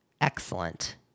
excellent